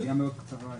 המליאה מאוד קצרה היום.